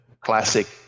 classic